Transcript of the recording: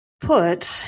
Put